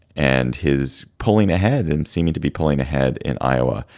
and his pulling ahead and seeming to be pulling ahead in iowa.